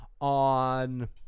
on